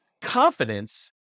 confidence